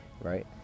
right